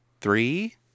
Three